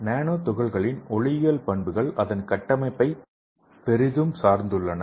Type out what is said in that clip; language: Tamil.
நானோ துகள்களின் ஒளியியல் பண்புகள் அதன் கட்டமைப்பைப் பெரிதும் சார்ந்துள்ளன